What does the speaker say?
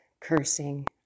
cursing